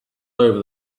over